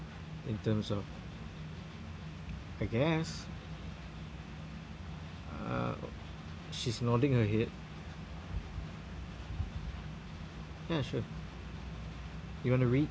in terms of I guess uh she's nodding her head ya sure you wanna read